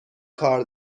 کار